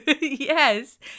Yes